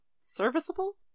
Serviceable